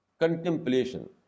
contemplation